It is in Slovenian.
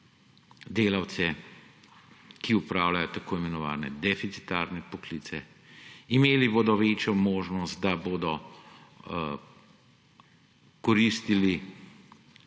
delavce, ki opravljajo tako imenovane deficitarne poklice. Imeli bodo večjo možnost, da bodo koristili